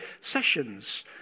sessions